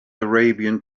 arabian